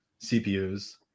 cpus